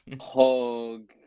hug